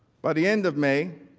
by the end of may,